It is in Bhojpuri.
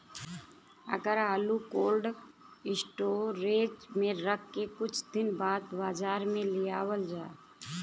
अगर आलू कोल्ड स्टोरेज में रख के कुछ दिन बाद बाजार में लियावल जा?